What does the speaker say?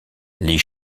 les